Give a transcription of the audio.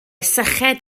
syched